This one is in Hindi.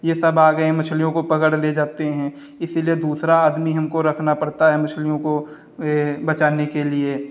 ये सब आ गएँ मछलियों को पकड़ ले जाते हैं इसीलिए दूसरा आदमी हमको रखना पड़ता है मछलियों को बचाने के लिए